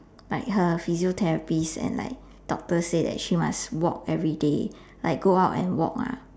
like her physiotherapist and then doctor say that she must walk everyday like go out and walk lah